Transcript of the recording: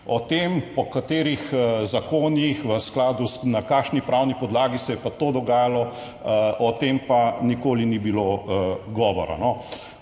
o tem, po katerih zakonih, v skladu na kakšni pravni podlagi se je pa to dogajalo, o tem pa nikoli ni bilo govora.